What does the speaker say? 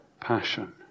passion